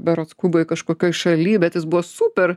berods kuboj kažkokioj šaly bet jis buvo super